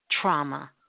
trauma